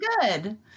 good